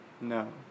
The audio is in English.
No